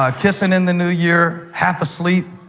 ah kissing in the new year, half asleep.